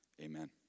amen